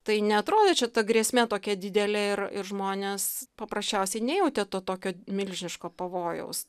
tai neatrodė čia ta grėsmė tokia didelė ir ir žmonės paprasčiausiai nejautė to tokio milžiniško pavojaus